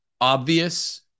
obvious